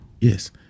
yes